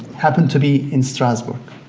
happen to be in strasbourg.